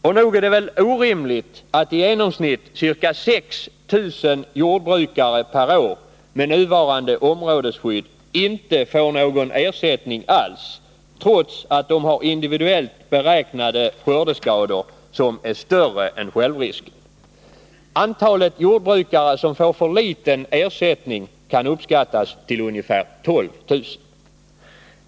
Och nog är det väl orimligt att i genomsnitt ca 6 000 jordbrukare per år med nuvarande områdesskydd inte får någon ersättning alls, trots att de har individuellt beräknade skördeskador som är större än självrisken! Antalet jordbrukare som får för liten ersättning kan uppskattas till ungefär 12 000.